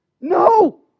No